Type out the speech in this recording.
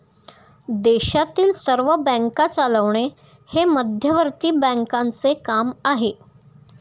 देशातील सर्व बँका चालवणे हे मध्यवर्ती बँकांचे काम आहे